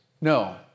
No